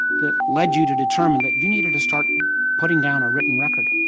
that led you to determine that you needed to start putting down a written record?